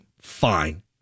fine